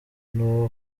n’uwo